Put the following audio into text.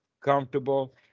comfortable